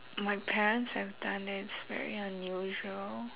my parents have done that's very unusual